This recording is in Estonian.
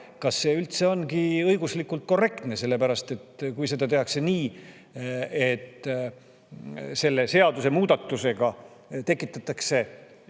kas see üldse ongi õiguslikult korrektne. Sellepärast et kui seda tehakse nii, et seadusemuudatusega tekitatakse